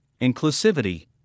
inclusivity